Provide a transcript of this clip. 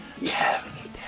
yes